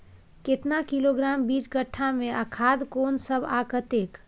केतना किलोग्राम बीज कट्ठा मे आ खाद कोन सब आ कतेक?